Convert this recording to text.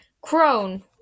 Crone